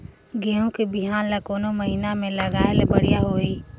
गहूं के बिहान ल कोने महीना म लगाय ले बढ़िया होही?